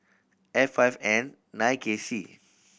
F five N nine K C